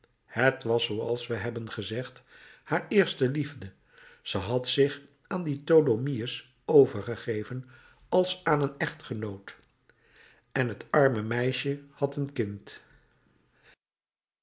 het was zooals we hebben gezegd haar eerste liefde ze had zich aan dien tholomyès overgegeven als aan een echtgenoot en het arme meisje had een kind